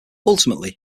ultimately